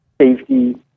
safety